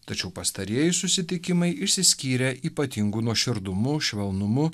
tačiau pastarieji susitikimai išsiskyrė ypatingu nuoširdumu švelnumu